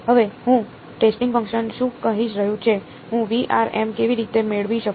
હવે હું testing function શું કહી રહ્યો છું હું કેવી રીતે મેળવી શકું